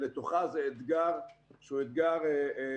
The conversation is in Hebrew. זה אתגר מטורף,